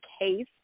case